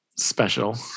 special